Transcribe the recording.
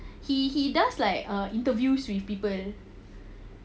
he he does like uh interviews with people